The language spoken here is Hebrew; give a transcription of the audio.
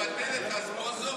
לבטל את רזבוזוב.